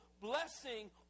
blessing